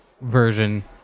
version